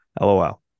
LOL